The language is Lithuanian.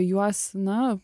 juos na